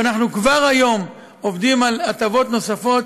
ואנחנו כבר היום עובדים על הטבות נוספות,